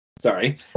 sorry